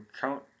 count